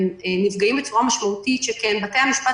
נפגעים בצורה משמעותית שכן בתי המשפט